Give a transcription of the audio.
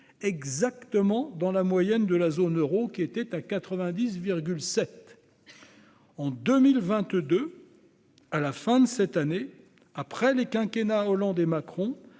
exactement dans la moyenne de la zone euro, qui était de 90,7 %. En 2022, à la fin de cette année, après les quinquennats Hollande et Macron,